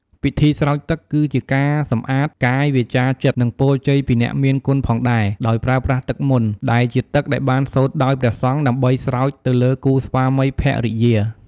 ពិធីស្រោចទឹកគឺជាការសម្អាត កាយ វាចាចិត្ត និងពរជ័យពីអ្នកមានគុណផងដែរ ដោយប្រើប្រាស់ទឹកមន្ត ដែលជាទឹកដែលបានសូត្រដោយព្រះសង្ឃដើម្បីស្រោចទៅលើគូស្វាមីភរិយា។។